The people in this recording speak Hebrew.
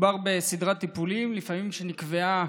אף כשמדובר בסדרת טיפולים שנקבעה